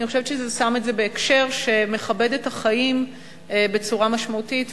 אני חושבת שזה שם את זה בהקשר שמכבד את החיים בצורה משמעותית,